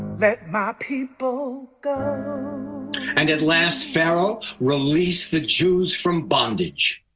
let my people go and at last, pharaoh released the jews from bondage.